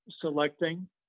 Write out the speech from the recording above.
selecting